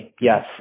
Yes